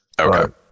Okay